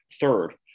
Third